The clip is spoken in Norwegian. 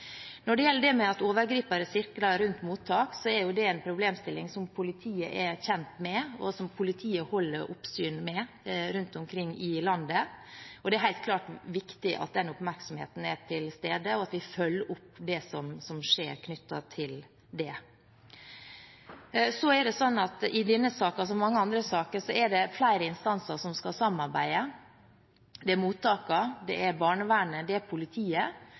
Når det gjelder det med at overgripere sirkler rundt mottak, er det en problemstilling som politiet er kjent med, og som politiet holder oppsyn med rundt omkring i landet. Det er helt klart viktig at den oppmerksomheten er til stede, og at vi følger opp det som skjer knyttet til det. Så er det sånn at i denne saken, som i mange andre saker, er det flere instanser som skal samarbeide – det er mottakene, det er barnevernet, det er politiet,